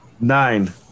Nine